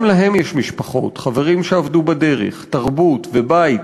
גם להם יש משפחות, חברים שאבדו בדרך, תרבות ובית